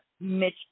Mitch